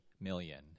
million